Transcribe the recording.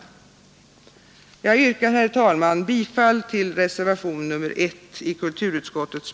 Jag yrkar, herr talman, bifall till reservationen 1 A i kulturutskottets